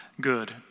good